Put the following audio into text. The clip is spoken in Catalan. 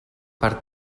per